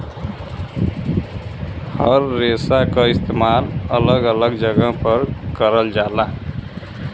हर रेसा क इस्तेमाल अलग अलग जगह पर करल जाला